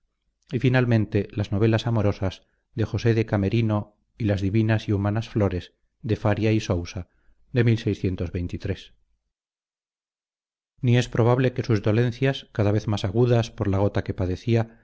y finalmente las novelas amorosas de josé de camerino y las divinas y humanas flores de faria y sousa de ni es probable que sus dolencias cada vez más agudas por la gota que padecía